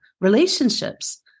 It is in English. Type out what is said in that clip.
relationships